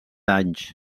anys